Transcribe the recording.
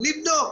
לבדוק.